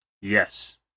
Yes